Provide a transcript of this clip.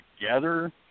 together